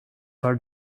for